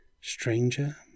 Stranger